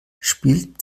spielt